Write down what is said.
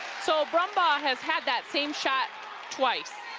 so brumbaugh has had that same shot twice,